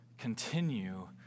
Continue